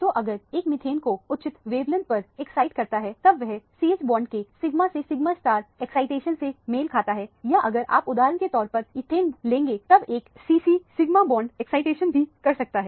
तो अगर एक मिथेन को उचित वेवलेंथ पर एक्साइट करता है तब वह CH बॉन्ड के सिग्मा से सिग्मा एक्साइटेशन से मेल खाता है या अगर आप उदाहरण के तौर पर एथेन लेंगे तब एक C C sigma bond excitation भी कर सकता है